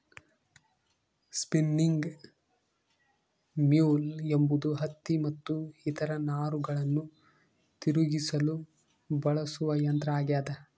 spinning mule ಎಂಬುದು ಹತ್ತಿ ಮತ್ತು ಇತರ ನಾರುಗಳನ್ನು ತಿರುಗಿಸಲು ಬಳಸುವ ಯಂತ್ರ ಆಗ್ಯದ